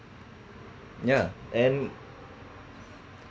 ya and